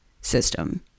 system